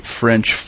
French